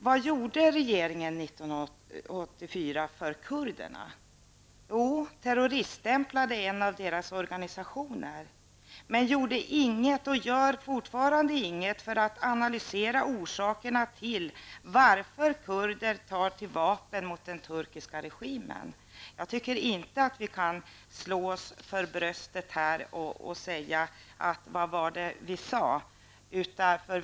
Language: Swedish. Vad gjorde regeringen 1984 för kurderna? Jo, man terroriststämplade en av deras organisationer, men man gjorde inget och gör fortfarande inget för att analysera orsakerna till att kurder tar till vapen mot den turkiska regimen. Jag tycker inte att vi kan slå oss för bröstet och säga: Vad var det vi sade.